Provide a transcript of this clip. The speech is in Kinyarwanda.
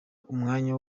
umwanya